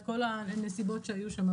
את כל הנסיבות שהיו שמה,